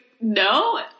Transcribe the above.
No